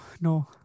No